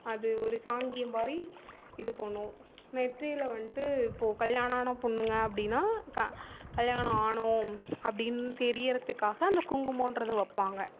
அது ஒரு சாங்கியம் மாதிரி இது பண்ணுவோம் நெற்றியில வந்துட்டு இப்போ கல்யாண ஆன பொண்ணுங்க அப்படின்னா கா கல்யாண ஆனோம் அப்படின் தெரியறத்துக்காக அந்த குங்குமோன்றதை வைப்பாங்க